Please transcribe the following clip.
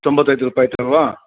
ತೊಂಬತ್ತೈದು ರೂಪಾಯಿ ಆಯಿತಲ್ವಾ